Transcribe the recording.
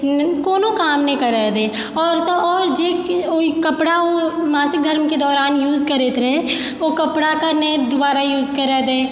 कोनो काम नहि करऽ दै आओर तऽ आओर जे ओ कपड़ाओ मासिक धर्मके दौरान यूज करैत रहय ओ कपड़ाके नहि दुबारा यूज करऽ दै